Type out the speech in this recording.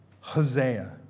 Hosea